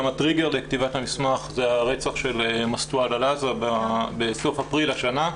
הטריגר לכתיבת המסמך זה הרצח של --- בסוף אפריל השנה.